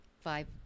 Five